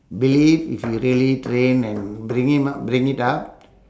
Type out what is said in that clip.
believe if you really train and bring him up bring it up